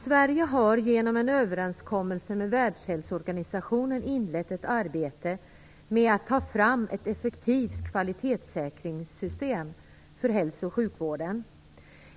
Sverige har genom en överenskommelse med Världshälsoorganisationen inlett ett arbete med att ta fram ett effektivt kvalitetssäkringssystem för hälso och sjukvården.